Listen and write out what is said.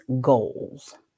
goals